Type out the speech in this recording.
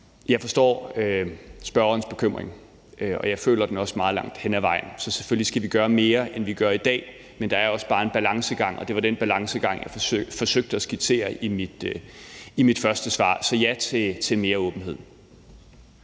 Jeg forstår spørgerens bekymring, og jeg føler den også meget langt hen ad vejen. Så selvfølgelig skal vi gøre mere, end vi gør i dag. Men der er også bare en balancegang, og det var den balancegang, jeg forsøgte at skitsere i mit første svar. Så ja til mere åbenhed.